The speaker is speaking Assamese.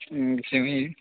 চেউৰী